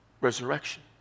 resurrection